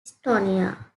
estonia